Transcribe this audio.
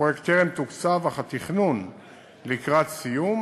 הפרויקט טרם תוקצב, אך התכנון לקראת סיום,